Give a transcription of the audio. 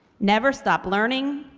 never stop learning,